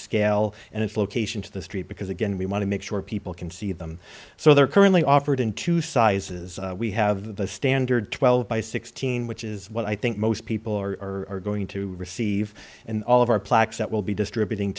scale and its location to the street because again we want to make sure people can see them so they're currently offered in two sizes we have the standard twelve by sixteen which is what i think most people are going to receive and all of our plaques that will be distributing